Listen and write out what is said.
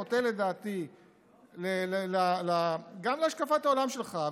חוטא לדעתי גם להשקפת העולם שלך,